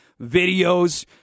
videos